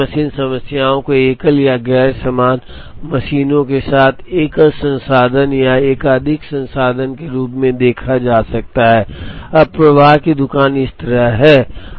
तो एकल मशीन समस्याओं को एकल या गैर समान मशीनों के साथ एकल संसाधन या एकाधिक संसाधन के रूप में देखा जा सकता है अब प्रवाह की दुकान इस तरह है